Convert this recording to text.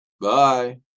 Bye